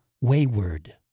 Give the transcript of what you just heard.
wayward